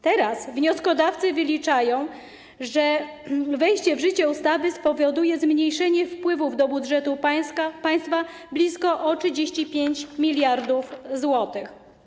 Teraz wnioskodawcy wyliczają, że wejście w życie ustawy spowoduje zmniejszenie wpływów do budżetu państwa o blisko 35 mld zł.